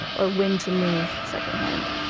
or when to move the second hand.